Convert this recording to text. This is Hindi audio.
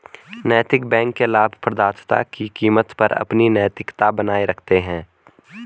नैतिक बैंक लाभप्रदता की कीमत पर अपनी नैतिकता बनाए रखते हैं